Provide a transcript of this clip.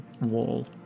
wall